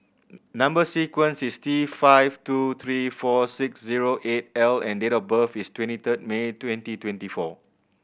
number sequence is T five two three four six zero eight L and date of birth is twenty third May twenty twenty four